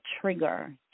trigger